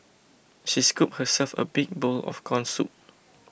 she scooped herself a big bowl of Corn Soup